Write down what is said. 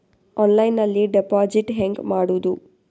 ಆನ್ಲೈನ್ನಲ್ಲಿ ಡೆಪಾಜಿಟ್ ಹೆಂಗ್ ಮಾಡುದು?